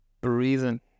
breathing